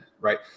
right